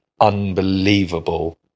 unbelievable